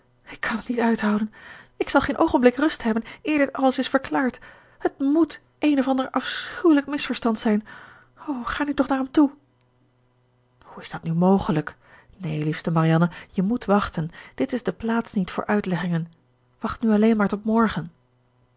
ik kan het niet uithouden ik zal geen oogenblik rust hebben eer dit alles is verklaard het moet een of ander afschuwelijk misverstand zijn o ga nu toch naar hem toe hoe is dat nu mogelijk neen liefste marianne je moet wachten dit is de plaats niet voor uitleggingen wacht nu alleen maar tot morgen